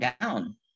down